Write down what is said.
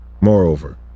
Moreover